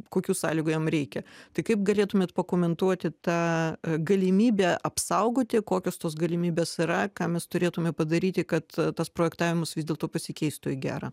kokių sąlygų jam reikia tai kaip galėtumėt pakomentuoti tą galimybę apsaugoti kokios tos galimybės yra ką mes turėtume padaryti kad tas projektavimas vis dėlto pasikeistų į gera